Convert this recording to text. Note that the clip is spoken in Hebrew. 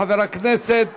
חבר הכנסת